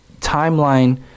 timeline